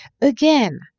Again